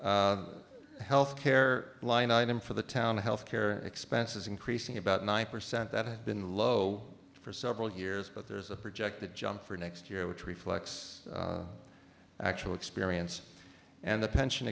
health care line item for the town health care expenses increasing about nine percent that have been low for several years but there's a projected jump for next year which reflects actual experience and the pension